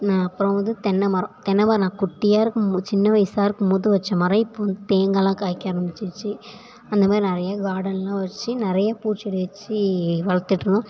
நான் அப்புறம் வந்து தென்னைமரம் தென்னைமரம் நான் குட்டியாக இருக்கும்போது சின்ன வயசாக இருக்கும்போது வைச்ச மரம் இப்போது வந்து தேங்காய்லாம் காய்க்க ஆரம்பித்திருச்சி அந்த மாதிரி நிறைய கார்டன்லாம் வெச்சு நிறைய பூச்செடி வெச்சு வளத்துட்டுருந்தோம்